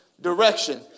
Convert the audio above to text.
direction